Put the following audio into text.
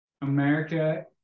America